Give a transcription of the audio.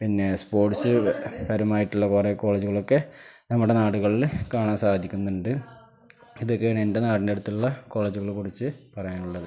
പിന്നെ സ്പോർട്സ് പരമായിട്ടുള്ള കുറേ കോളേജുകളൊക്കെ നമ്മുടെ നാടുകളില് കാണാൻ സാധിക്കുന്നുണ്ട് ഇതൊക്കെയാണ് എൻ്റെ നാടിൻ്റെയടുത്തുള്ള കോളേജുകളെക്കുറിച്ച് പറയാനുള്ളത്